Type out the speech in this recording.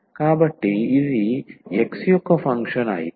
కాబట్టి ఇది x యొక్క ఫంక్షన్ అయితే